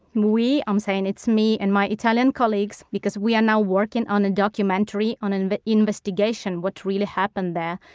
we, i'm saying it's me and my italian colleagues because we are now working on a documentary, on an but investigation, into what really happened there.